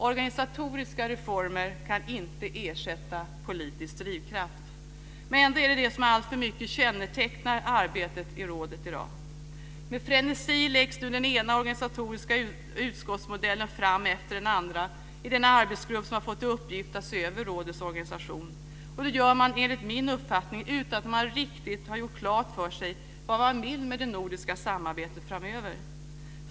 Organisatoriska reformer kan inte ersätta politisk drivkraft. Men ändå är det det som alltför mycket kännetecknar arbetet i rådet i dag. Med frenesi läggs nu den ena organisatoriska utskottsmodellen fram efter den andra i den arbetsgrupp som har fått till uppgift att se över rådets organisation. Det gör man, enligt min uppfattning, utan att man riktigt har gjort klart för sig vad man vill med det nordiska samarbetet framöver.